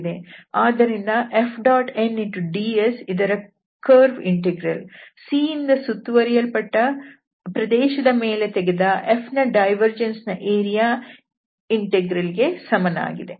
ಆದ್ದರಿಂದ Fnds ಇದರ curve integral C ಯಿಂದ ಸುತ್ತುವರಿಯಲ್ಪಟ್ಟ ಪ್ರದೇಶದ ಮೇಲೆ ತೆಗೆದ F ನ ಡೈವರ್ಜೆನ್ಸ್ ನ ಏರಿಯಾ ಇಂಟೆಗ್ರಲ್ ಗೆ ಸಮನಾಗಿದೆ